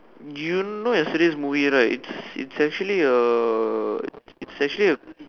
you know yesterday's movie right it's it's actually a it's actually a